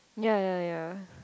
ya ya ya